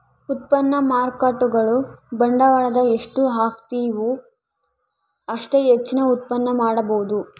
ಉತ್ಪನ್ನ ಮಾರ್ಕೇಟ್ಗುಳು ಬಂಡವಾಳದ ಎಷ್ಟು ಹಾಕ್ತಿವು ಅಷ್ಟೇ ಹೆಚ್ಚಿನ ಉತ್ಪನ್ನ ಮಾಡಬೊದು